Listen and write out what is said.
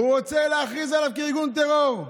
הוא רוצה להכריז עליו כארגון טרור.